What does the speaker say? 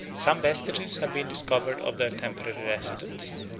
some vestiges have been discovered of their temporary residence.